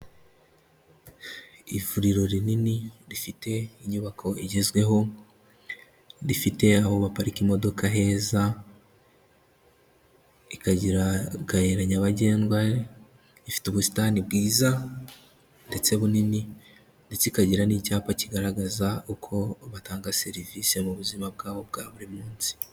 Ivuriro rinini rifite inyubako igezweho, rifite aho baparika imodoka heza, ikagira akayira nyabagendwa, ifite ubusitani bwiza ndetse bunini, ndetse ikagira n'icyapa kigaragaza uko batanga serivisi mu buzima bwabo bwa buri munsi.